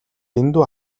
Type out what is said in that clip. дэндүү